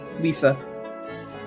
Lisa